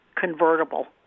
convertible